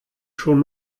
schon